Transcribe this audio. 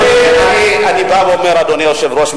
אני בא ואומר: אדוני היושב-ראש,